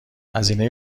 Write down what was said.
هزینه